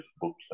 books